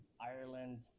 Ireland